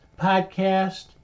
podcast